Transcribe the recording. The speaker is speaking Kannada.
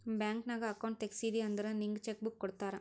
ಬ್ಯಾಂಕ್ ನಾಗ್ ಅಕೌಂಟ್ ತೆಗ್ಸಿದಿ ಅಂದುರ್ ನಿಂಗ್ ಚೆಕ್ ಬುಕ್ ಕೊಡ್ತಾರ್